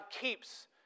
keeps